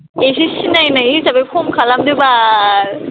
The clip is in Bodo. इसे सिनायनाय हिसाबै खम खालामदो बाल